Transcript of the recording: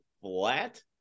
flat